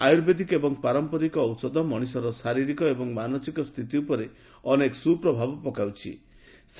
ଆୟୁର୍ବେଦ ଏବଂ ପାରମ୍ପରିକ ଔଷଧ ମଣିଷର ଶାରୀରିକ ଓ ମାନସିକ ସ୍ଥିତି ଉପରେ ଅନେକ ସୁପ୍ରଭାବ ପକାଇଥାଏ